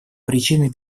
причины